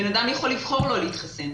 בן אדם יכול לבחור לא להתחסן.